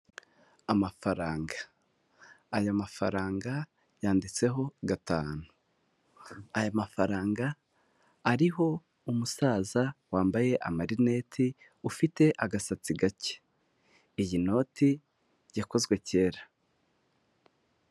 Amafaranga, aya mafaranga yanditseho gatanu, aya mafaranga ariho umusaza wambaye amarineti ufite agasatsi gake, iyi noti yakozwe kera.